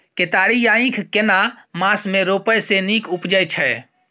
केतारी या ईख केना मास में रोपय से नीक उपजय छै?